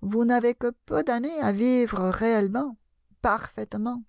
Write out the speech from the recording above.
vous n'avez que peu d'années à vivre réellement parfaitement